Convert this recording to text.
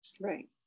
Right